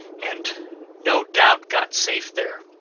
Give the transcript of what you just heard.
and no doubt got safe there,